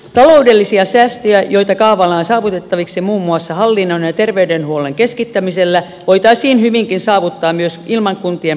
taloudellisia säästöjä joita kaavaillaan saavutettaviksi muun muassa hallinnon ja terveydenhuollon keskittämisellä voitaisiin hyvinkin saavuttaa myös ilman kuntien pakkoliitoksia